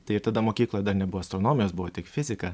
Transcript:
tai tada mokykloj dar nebuvo astronomijos buvo tik fizika